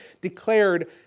declared